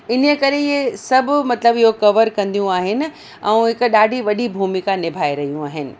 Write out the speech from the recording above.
इन करे इहे सभु मतिलबु इहो कवर कंदियूं आहिनि ऐं हिकु ॾाढी वॾी भूमिका निभाए रहियूं आहिनि